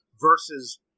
versus